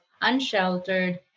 unsheltered